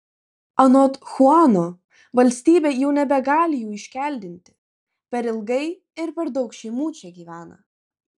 anot chuano valstybė jau nebegali jų iškeldinti per ilgai ir per daug šeimų čia gyvena